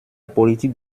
politique